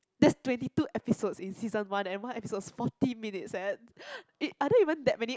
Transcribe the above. that's twenty two episodes in season one and one episode is forty minutes eh are there even that many